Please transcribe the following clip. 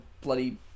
bloody